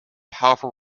powerful